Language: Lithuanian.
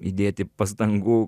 įdėti pastangų